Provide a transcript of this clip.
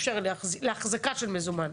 החזקה של מזומן,